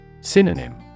Synonym